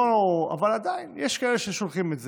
אבל עדיין יש כאלה ששולחים את זה.